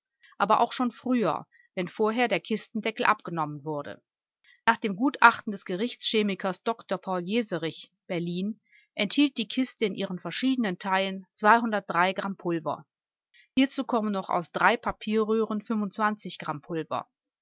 aber auch schon früher wenn vorher der kistendeckel abgenommen wurde nach dem gutachten des gerichtschemikers dr paul jeserich berlin enthielt die kiste in ihren verschiedenen teilen hier zu kommen noch aus drei papierröhren